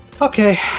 Okay